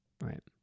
Right